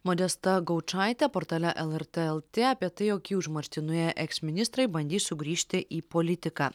modesta gaučaitė portale lrt lt apie tai jog į užmarštį nuėję eksministrai bandys sugrįžti į politiką